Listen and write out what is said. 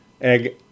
Egg